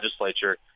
legislature